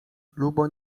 lubo